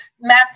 mass